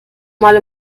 mal